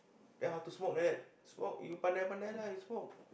then how to smoke like that smoke you pandai-pandai lah you smoke